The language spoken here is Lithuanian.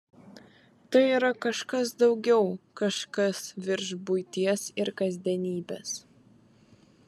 tai yra kažkas daugiau kažkas virš buities ir kasdienybės